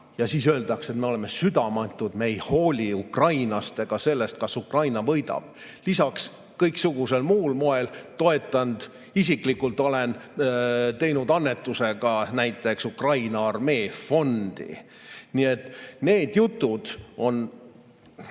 Ja siis öeldakse, et me oleme südametud, me ei hooli Ukrainast ega sellest, kas Ukraina võidab. Lisaks oleme kõiksugusel muul moel toetanud. Isiklikult olen teinud annetuse ka näiteks Ukraina armee fondi. Nii et need jutud on